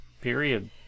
Period